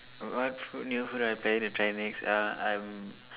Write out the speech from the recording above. wh~ what food new food I planning to try next uh I'm